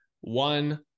one